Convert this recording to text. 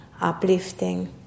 uplifting